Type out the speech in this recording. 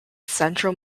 central